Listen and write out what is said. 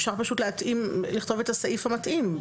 אפשר פשוט לכתוב את הסעיף המתאים.